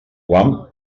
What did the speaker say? guam